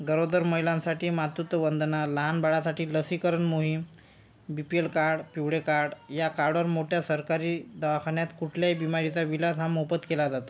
गरोदर महिलांसाठी मातृत्व वंदना लहान बाळासाठी लसीकरण मोहीम बी पी एल कार्ड पिवळे कार्ड या कार्डवर मोठ्या सरकारी दवाखान्यात कुठल्याही बीमारीचा इलाज हा मोफत केला जातो